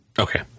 okay